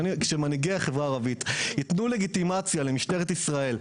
כשמנהיגי החברה הערבית יתנו לגיטימציה למשטרת ישראל,